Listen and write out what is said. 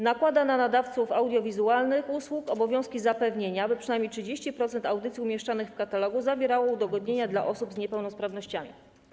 Nakłada na nadawców audiowizualnych usług obowiązki zapewnienia, by przynajmniej 30% audycji umieszczanych w katalogu zawierało udogodnienia dla osób z niepełnosprawnościami.